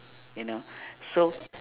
you know so